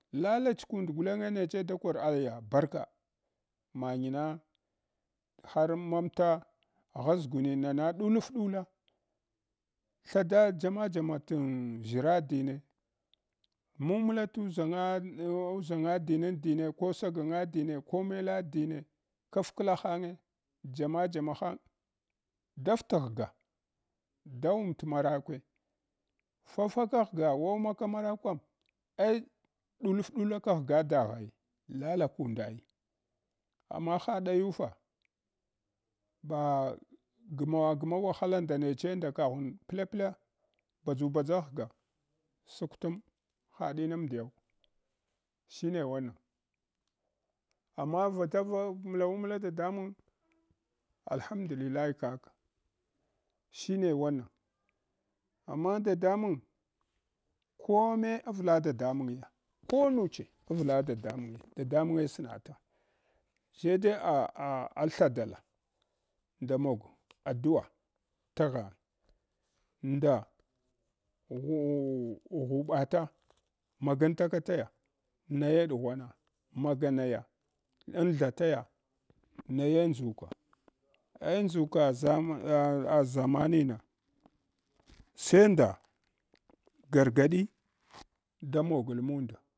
Lalach kund gulenge neche da kor aya barka manyana har mamta agha ʒgumina na ɗuluf ɗula thada jama jama t’ ʒshira dine mungmala tuʒanga uʒanga dinan dine ko saganga dine ko mela dine kaf kla hange jama jama hang daf taghga da wum t’ marakuve fafa ka ghya ai ɗuluf dulaka ghya dagha ai lala kundai amma hadayu fa ba gwawagma wahala nda neche nda kaghum plaple badʒubdʒa ghya sakurtam haɗina mdiyau shine wanan amma vata raw mlawu mla dadamang alhamdulillai kak shine wanan amma an dadamang kome avla dadamangya konuche avla dadamang dadamange snata hyedi ah athadala bda mog addua yaghang nda. Shuɓata magyantaka. naye ɗughwana maga naye antha taya naye ndʒuka eh nduka zamaninah aʒzamani na se nɗa gargadi damogl munda.